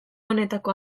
honetako